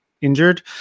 injured